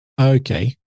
Okay